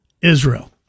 Israel